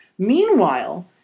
Meanwhile